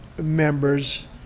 members